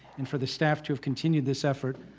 and for the staff to have continued this effort,